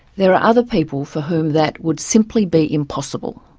there are other people for whom that would simply be impossible.